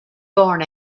born